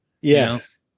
Yes